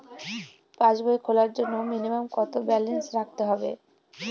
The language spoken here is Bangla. পাসবই খোলার জন্য মিনিমাম কত ব্যালেন্স রাখতে হবে?